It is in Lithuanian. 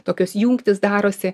tokios jungtys darosi